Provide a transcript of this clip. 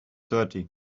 dirty